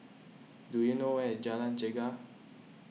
do you know where is Jalan Chegar